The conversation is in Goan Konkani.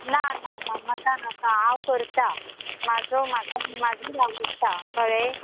ना ना ना म्हाका नाका हांव करता म्हाजो म्हाका म्हाजो आवडटा कळ्ळें